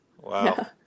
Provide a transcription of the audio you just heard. Wow